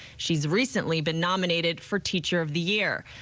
she's recently been nominated for teacher of the year.